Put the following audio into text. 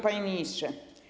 Panie Ministrze!